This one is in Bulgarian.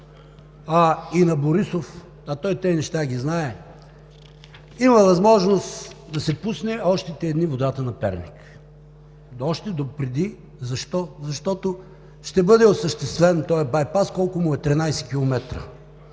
и на Борисов, а той тези неща ги знае, има възможност да се пусне още тези дни водата на Перник. Още допреди, защо? Защото ще бъде осъществен този байпас. Колко му е – 13